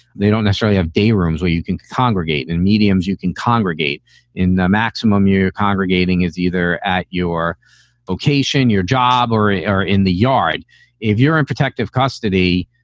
they don't necessarily have day rooms where you can congregate and mediums you can congregate in. the maximum you're congregating is either at your location, your job or or in the yard if you're in protective custody.